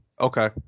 Okay